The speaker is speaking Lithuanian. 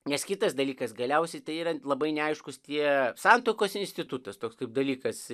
nes kitas dalykas galiausiai tai yra labai neaiškūs tie santuokos institutas toks kaip dalykas